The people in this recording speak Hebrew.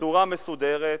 בצורה מסודרת,